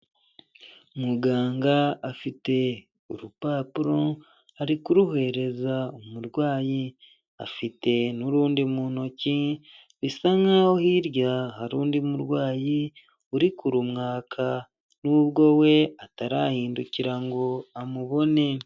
Muganga afite urupapuro, ari kuruhereza umurwayi. Afite n'urundi mu ntoki, bisa nkaho hirya hari undi murwayi uri kurumwaka nubwo we atarahindukira ngo amubone